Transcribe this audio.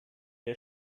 der